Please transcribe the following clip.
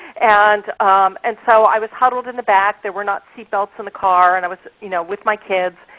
and and so i was huddled in the back. there were not seat belts in the car, and i was you know with my kids.